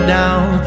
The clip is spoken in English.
down